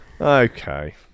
Okay